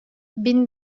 bin